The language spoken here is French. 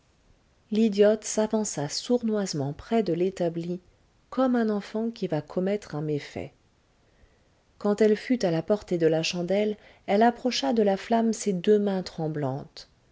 l'idiote s'avança sournoisement près de l'établi comme un enfant qui va commettre un méfait quand elle fut à la portée de la chandelle elle approcha de la flamme ses deux mains tremblantes